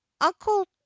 uncle